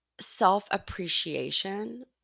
self-appreciation